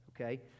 Okay